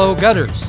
Gutters